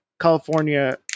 california